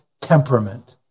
temperament